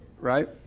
right